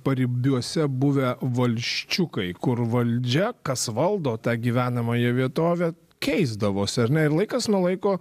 paribiuose buvę valsčiukai kur valdžia kas valdo tą gyvenamąją vietovę keisdavosi ar ne ir laikas nuo laiko